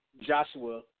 Joshua